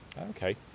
Okay